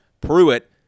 Pruitt